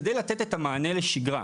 כדי לתת את המענה לשגרה.